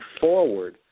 forward